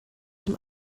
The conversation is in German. dem